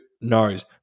knows